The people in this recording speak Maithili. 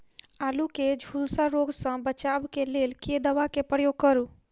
आलु केँ झुलसा रोग सऽ बचाब केँ लेल केँ दवा केँ प्रयोग करू?